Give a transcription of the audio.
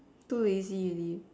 too lazy already